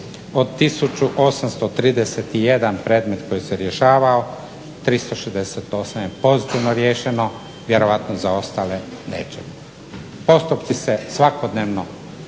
od 1831 predmet koji se rješavao 368 je pozitivno riješeno. Vjerojatno za ostale neće biti. Postupci se svakodnevno